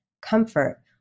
comfort